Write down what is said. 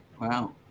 wow